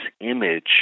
image